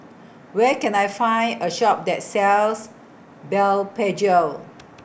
Where Can I Find A Shop that sells Blephagel